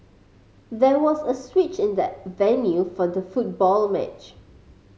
there was a switch in the venue for the football match